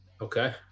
Okay